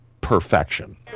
perfection